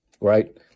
right